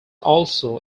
also